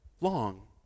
long